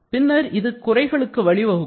பின்னர் இது குறைகளுக்கு வழிவகுக்கும்